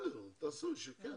אני